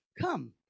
come